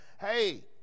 hey